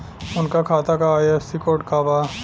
उनका खाता का आई.एफ.एस.सी कोड का बा?